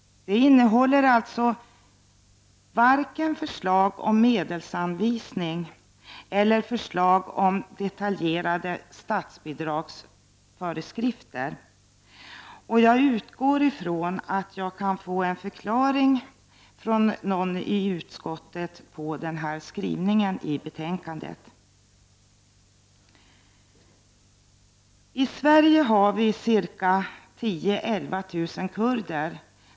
Den innehåller alltså varken förslag om medelsanvisning eller förslag om detaljerade statsbidragsföreskrifter. Jag utgår från att jag kan få en förklaring från någon i utskottet på den skrivningen i betänkandet. I Sverige finns det 10 000-11 000 kurder.